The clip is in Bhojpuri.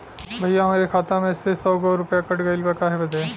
भईया हमरे खाता मे से सौ गो रूपया कट गइल बा काहे बदे?